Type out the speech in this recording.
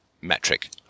metric